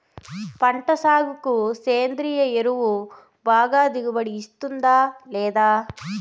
పంట సాగుకు సేంద్రియ ఎరువు బాగా దిగుబడి ఇస్తుందా లేదా